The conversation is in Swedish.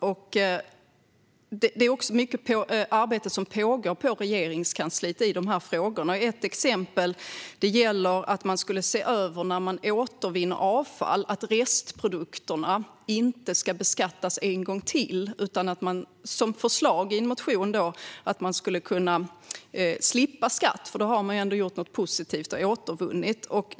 Det pågår också mycket arbete på Regeringskansliet i de här frågorna. Ett exempel gäller att man skulle se över att restprodukterna vid återvinning av avfall inte ska beskattas en gång till. I en motion finns förslaget att man skulle kunna slippa skatt i det läget eftersom man har gjort något positivt och återvunnit.